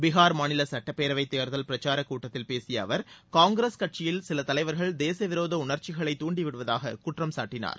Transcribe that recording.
பிகார் மாநில சுட்டப்பேரவைத் தேர்தல் பிரச்சார கூட்டத்தில் பேசிய அவர் காங்கிரஸ் கட்சியில் சில தலைவர்கள் தேச விரோத உணர்ச்சிகளை தூண்டி விடுவதாக குற்றம் சாட்டினார்